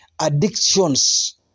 addictions